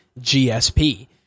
GSP